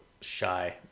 shy